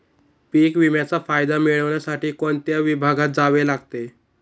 पीक विम्याचा फायदा मिळविण्यासाठी कोणत्या विभागात जावे लागते?